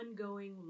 ongoing